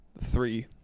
three